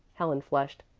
helen flushed.